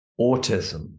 autism